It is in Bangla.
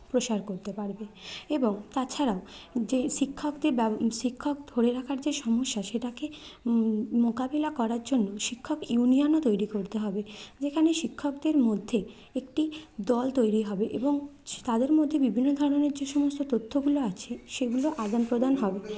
প্রসার করতে পারবে এবং তাছাড়াও যে শিক্ষকদে ব্যব শিক্ষক ধরে রাখার যে সমস্যা সেটাকে মোকাবিলা করার জন্য শিক্ষক ইউনিয়ানও তৈরি করতে হবে যেখানে শিক্ষকদের মধ্যে একটি দল তৈরি হবে এবং তাদের মধ্যে বিভিন্ন ধরনের যে সমস্ত তথ্যগুলো আছে সেগুলো আদান প্রদান হবে